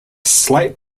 slight